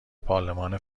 پارلمان